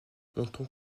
notons